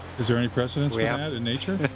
is there any precedence for yeah that in nature?